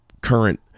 current